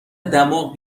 دماغ